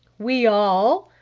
we all,